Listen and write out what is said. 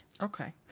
Okay